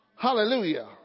Hallelujah